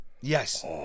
Yes